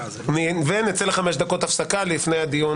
ונצא לחמש דקות הפסקה לפני הדיון